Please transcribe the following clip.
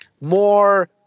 more